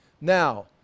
Now